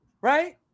right